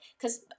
cause